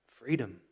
Freedom